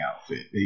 outfit